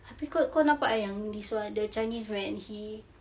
habis kau kau nampak kan yang this one the chinese friend he